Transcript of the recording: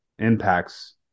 impacts